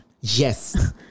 Yes